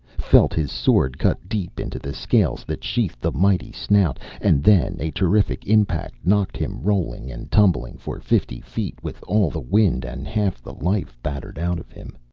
felt his sword cut deep into the scales that sheathed the mighty snout and then a terrific impact knocked him rolling and tumbling for fifty feet with all the wind and half the life battered out of him.